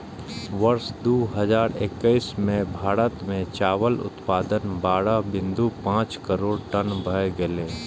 वर्ष दू हजार एक्कैस मे भारत मे चावल उत्पादन बारह बिंदु पांच करोड़ टन भए गेलै